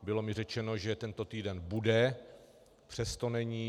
Bylo mi řečeno, že tento týden bude, přesto není.